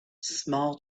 small